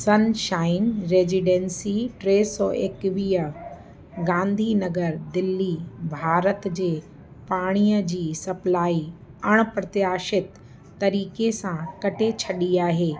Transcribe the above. sunshine residency टे सौ एकवीह गांधीनगर दिल्ली भारत जे पाणीअ जी सप्लाई अणप्रतियाशित तरीक़े सां कटे छ्ॾी आहे